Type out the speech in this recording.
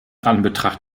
anbetracht